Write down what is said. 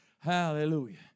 Hallelujah